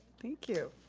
thank you.